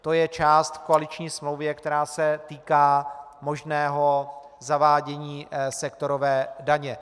To je část v koaliční smlouvě, která se týká možného zavádění sektorové daně.